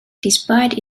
despite